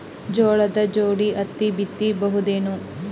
ಜೋಳದ ಜೋಡಿ ಹತ್ತಿ ಬಿತ್ತ ಬಹುದೇನು?